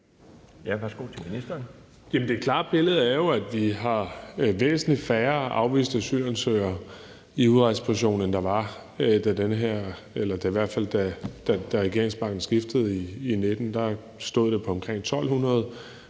Det klare billede er jo, at vi har væsentlig færre afviste asylansøgere i udrejseposition, end der var, da regeringsmagten skiftede i 2019. Der stod tallet på omkring 1.200